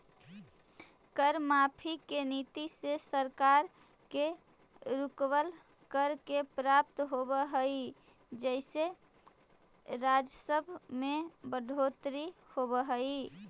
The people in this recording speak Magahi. कर माफी के नीति से सरकार के रुकवल, कर के प्राप्त होवऽ हई जेसे राजस्व में बढ़ोतरी होवऽ हई